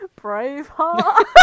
Braveheart